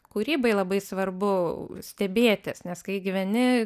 kūrybai labai svarbu stebėtis nes kai gyveni